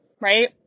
right